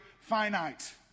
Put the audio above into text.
finite